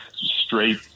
straight